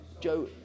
Joe